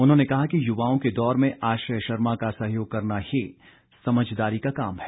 उन्होंने कहा कि युवाओं के दौर में आश्रय शर्मा का सहयोग करना ही समझदारी का काम है